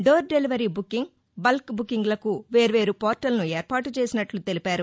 door delivery booking bulk బుకింగ్లకు వేర్వేరు పోర్టల్ను ఏర్పాటు చేసినట్లు తెలిపారు